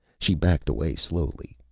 she backed away slowly,